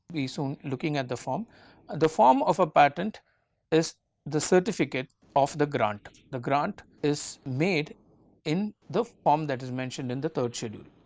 we soon looking at the form the form of a patent is the certificate of the grant the grant is made in the form that is mentioned in the third schedule.